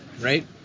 right